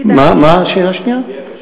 מה השאלה השנייה?